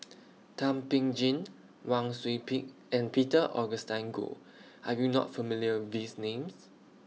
Thum Ping Tjin Wang Sui Pick and Peter Augustine Goh Are YOU not familiar with These Names